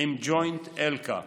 עם ג'וינט אלכא.